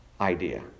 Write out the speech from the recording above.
idea